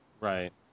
Right